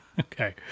Okay